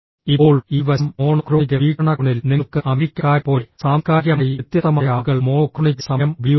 ഇപ്പോൾ ഈ വശം മോണോക്രോണിക് വീക്ഷണകോണിൽ നിങ്ങൾക്ക് അമേരിക്കക്കാരെപ്പോലെ സാംസ്കാരികമായി വ്യത്യസ്തമായ ആളുകൾ മോണോക്രോണിക് സമയം ഉപയോഗിക്കുന്നു